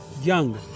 young